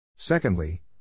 Secondly